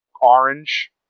orange